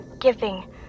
giving